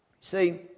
See